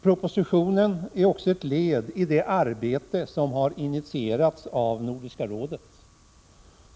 Propositionen är också ett led i det arbete som har initierats av Nordiska rådet.